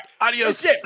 Adios